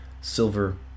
silver